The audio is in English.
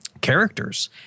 characters